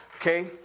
Okay